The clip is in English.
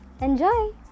Enjoy